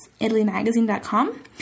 ItalyMagazine.com